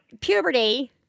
puberty